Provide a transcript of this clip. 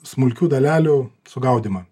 smulkių dalelių sugaudymą